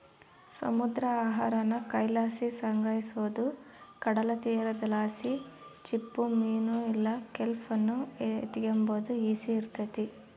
ಸಮುದ್ರ ಆಹಾರಾನ ಕೈಲಾಸಿ ಸಂಗ್ರಹಿಸೋದು ಕಡಲತೀರದಲಾಸಿ ಚಿಪ್ಪುಮೀನು ಇಲ್ಲ ಕೆಲ್ಪ್ ಅನ್ನು ಎತಿಗೆಂಬಾದು ಈಸಿ ಇರ್ತತೆ